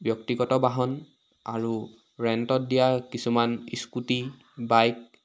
ব্যক্তিগত বাহন আৰু ৰেণ্টত দিয়া কিছুমান স্কুটি বাইক